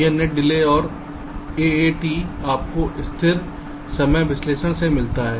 वह net delay और AAT आपको स्थिर समय विश्लेषण से मिलता है